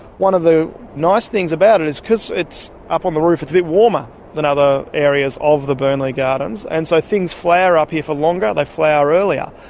one of the nice things about it is because it's up on the roof it's a bit warmer than other areas of the burnley gardens, and so things flower up here for longer, they flower earlier.